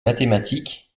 mathématiques